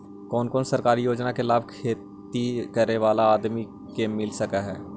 कोन कोन सरकारी योजना के लाभ खेती करे बाला आदमी के मिल सके हे?